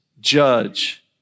judge